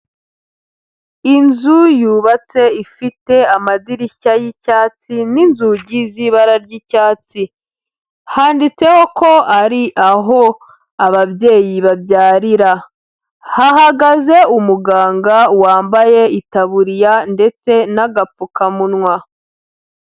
Inzu yubatse, ifite amadirishya y'icyatsi, n'inzugi z'ibara ry'icyatsi, handitseho ko ari aho ababyeyi babyarira, hahagaze umuganga wambaye itaburiya ndetse n'agapfukamunwa.